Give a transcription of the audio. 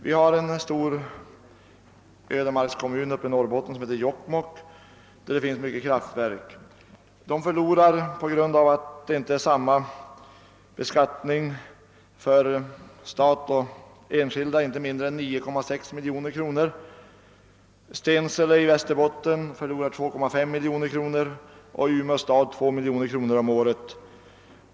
Vi har en stor ödemarkskommun uppe i Norrbotten som heter Jokkmokk, där det finns mycket kraftverk. Kommunen förlorar på grund av att det inte är samma beskattningsregler för staten som för enskilda inte mindre än 9,6 miljoner kronor. Stensele i Västerbottens län förlorar av samma anledning 2,5 miljoner kronor och Umeå stad förlorar 2 miljoner kronor om året.